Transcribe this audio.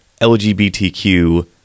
LGBTQ